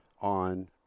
on